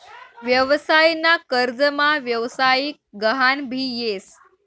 व्यवसाय ना कर्जमा व्यवसायिक गहान भी येस